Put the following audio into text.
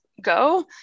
go